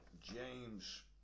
James